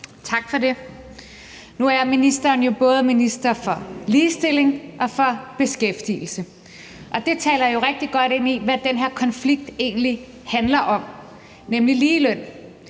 Tak for det. Nu er ministeren jo både minister for ligestilling og for beskæftigelse. Det taler rigtig godt ind i, hvad den her konflikt egentlig handler om, nemlig ligeløn.